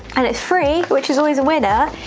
and it's free which is always a winner,